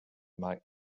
might